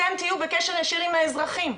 אתם תהיו בקשר ישיר עם האזרחים.